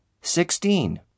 Sixteen